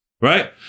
Right